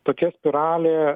tokia spiralė